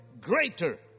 greater